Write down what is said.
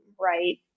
right